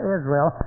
Israel